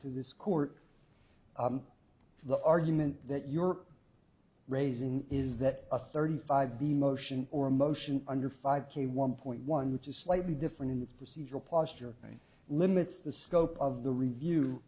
to this court the argument that you're raising is that a thirty five b motion or a motion under five k one point one which is slightly different in its procedural posture limits the scope of the review